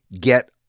get